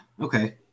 okay